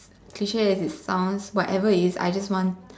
clique as it sounds whatever it is I just want